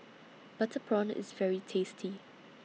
Butter Prawn IS very tasty